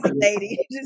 lady